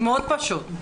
מאוד פשוט.